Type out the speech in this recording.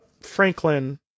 Franklin